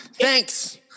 Thanks